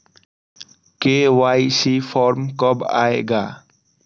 KYC form कब आए गा?